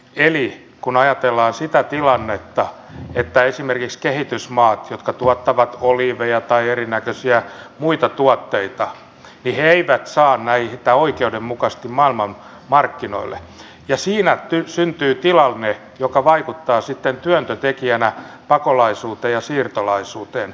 eli kun ajatellaan sitä tilannetta että esimerkiksi kehitysmaat jotka tuottavat oliiveja tai erinäköisiä muita tuotteita eivät saa näitä oikeudenmukaisesti maailmanmarkkinoille niin siinä syntyy tilanne joka vaikuttaa sitten työntötekijänä pakolaisuuteen ja siirtolaisuuteen